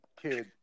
kid